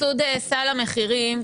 סבסוד סל המחירים,